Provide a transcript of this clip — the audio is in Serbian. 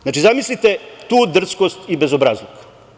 Znači, zamislite tu drskost i bezobrazluk.